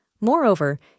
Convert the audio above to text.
Moreover